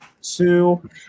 two